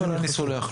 אבל אני סולח.